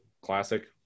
classic